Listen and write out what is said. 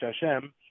Hashem